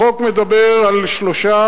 החוק מדבר על שלושה